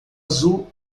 azul